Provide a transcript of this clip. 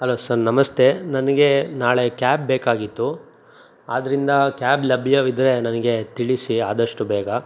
hello sir ನಮಸ್ತೆ ನನಗೆ ನಾಳೆ ಕ್ಯಾಬ್ ಬೇಕಾಗಿತ್ತು ಆದ್ರಿಂದ ಕ್ಯಾಬ್ ಲಭ್ಯವಿದ್ರೆ ನನಗೆ ತಿಳಿಸಿ ಆದಷ್ಟು ಬೇಗ